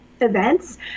events